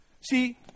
See